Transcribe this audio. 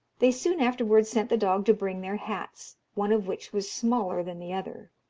they soon afterwards sent the dog to bring their hats, one of which was smaller than the other.